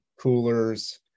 coolers